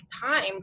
time